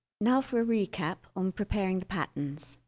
now for a recap on preparing the patterns